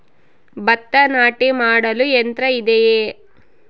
ಭತ್ತ ನಾಟಿ ಮಾಡಲು ಯಂತ್ರ ಇದೆಯೇ?